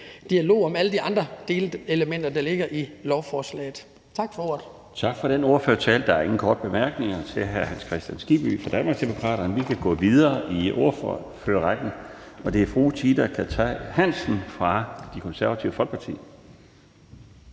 dialog om alle de andre delelementer, der ligger i lovforslaget. Tak for ordet. Kl. 17:12 Den fg. formand (Bjarne Laustsen): Tak for den ordførertale. Der er ingen korte bemærkninger til hr. Hans Kristian Skibby fra Danmarksdemokraterne. Vi kan gå videre i ordførerrækken til fru Tina Cartey Hansen fra Det Konservative Folkeparti.